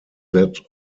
that